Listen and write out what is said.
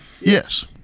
Yes